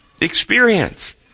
Experience